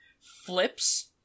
flips